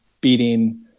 beating